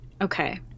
Okay